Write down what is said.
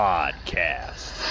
Podcast